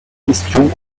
questions